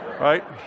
right